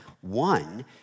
One